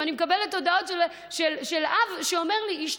אני מקבלת הודעות של אב שאומר לי: אשתי